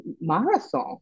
marathon